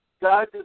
God